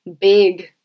big